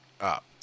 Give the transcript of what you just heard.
up